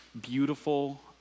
beautiful